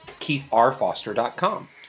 keithrfoster.com